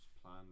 plan